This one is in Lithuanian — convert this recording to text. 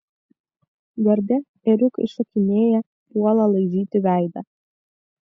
garde ėriukai šokinėja puola laižyti veidą